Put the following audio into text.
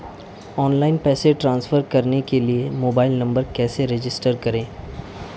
Online पैसे transfer करने के लिए मोबाइल नंबर कैसे रजिस्टर करें?